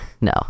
no